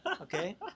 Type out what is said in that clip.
Okay